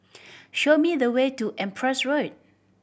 show me the way to Empress Road